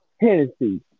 Hennessy